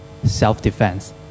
self-defense